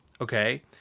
okay